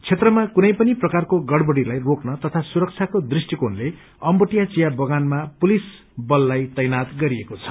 क्षेत्रमा कुनै पनि प्रकारको गड़बड़ीलाई रोक्न तथा सुरक्षाको दृष्टिोणले अम्बोटिया चिया बगानामा पुलिस बललाई तैनाथ गरिएको छ